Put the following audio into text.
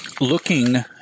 looking